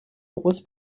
was